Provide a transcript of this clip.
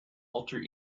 alter